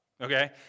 Okay